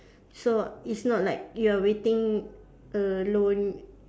so it's not like you are waiting alone